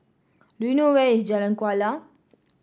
do you know where is Jalan Kuala